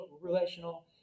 relational